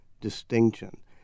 distinction